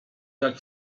jak